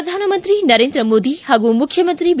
ಪ್ರಧಾನಮಂತ್ರಿ ನರೇಂದ್ರ ಮೋದಿ ಹಾಗೂ ಮುಖ್ಯಮಂತ್ರಿ ಬಿ